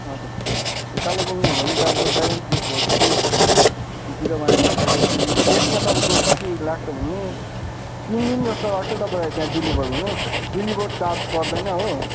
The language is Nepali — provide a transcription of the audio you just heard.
हजुर ए कालिम्पोङ हो भने तपाईँको seven three four three zero one हो तपाईँको पिनकोड यसमा तपाईँको कति लाग्छ भने तिन दिन जस्तो लाग्छ तपाईँलाई त्यहाँ डेलिभर हुनु डेलिभर चार्ज पर्दैन हो